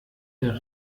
der